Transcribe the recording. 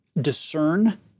discern